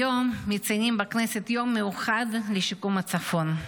היום מציינים בכנסת יום מיוחד לשיקום הצפון.